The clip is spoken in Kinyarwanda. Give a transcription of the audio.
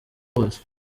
wose